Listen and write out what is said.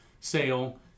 sale